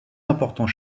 important